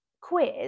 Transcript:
quiz